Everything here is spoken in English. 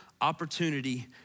opportunity